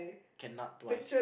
cannot twice